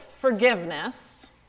forgiveness